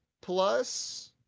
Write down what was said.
plus